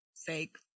fake